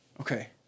Okay